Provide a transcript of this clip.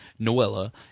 noella